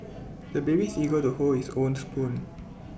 the baby is eager to hold his own spoon